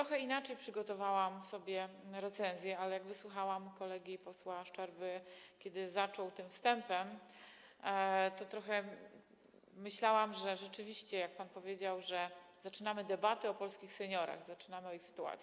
Trochę inaczej przygotowałam sobie recenzję, ale jak wysłuchałam kolegi posła Szczerby, kiedy zaczął tym wstępem, to trochę myślałam, że rzeczywiście, jak pan powiedział, zaczynamy debatę o polskich seniorach, zaczynamy mówić o ich sytuacji.